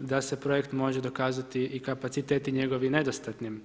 da se projekt može dokazati i kapaciteti njegovi, nedostatnim.